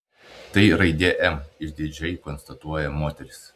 tai raidė m išdidžiai konstatuoja moteris